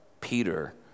Peter